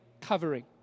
covering